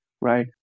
right